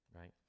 right